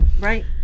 Right